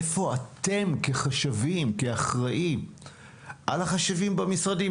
איפה אתם כחשבים, כאחראים על החשבים במשרדים?